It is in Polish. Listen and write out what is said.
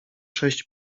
sześć